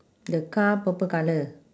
the car purple colour